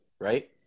right